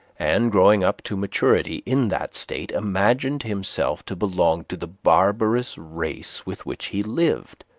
and, growing up to maturity in that state, imagined himself to belong to the barbarous race with which he lived.